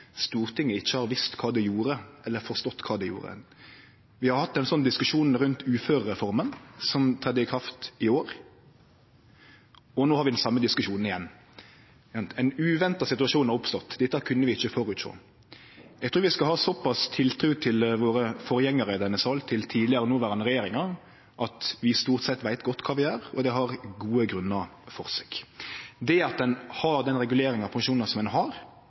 Stortinget ikkje har visst kva det gjorde, eller forstått kva det gjorde. Vi har hatt ein slik diskusjon om uførereforma, som tredde i kraft i år, og no har vi den same diskusjonen igjen. Ein uventa situasjon har oppstått, så dette kunne vi ikkje føresjå. Eg trur vi skal ha så pass tiltru til forgjengarane våre i denne salen, til tidlegare og noverande regjeringar, at dei stort sett veit godt kva dei gjer, og det er det gode grunnar for. Det at ein har den reguleringa av pensjonar som ein har,